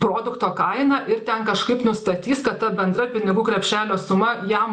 produkto kainą ir ten kažkaip nustatys kad ta bendra pinigų krepšelio suma jam